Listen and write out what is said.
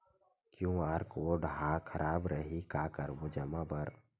QR code हा खराब रही का करबो जमा बर?